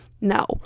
no